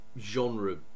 genre